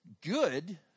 good